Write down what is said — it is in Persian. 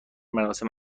مراسم